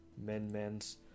Men-Mens